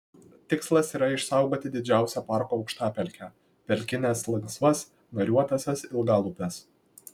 tikslas yra išsaugoti didžiausią parko aukštapelkę pelkines lanksvas nariuotąsias ilgalūpes